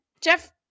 jeff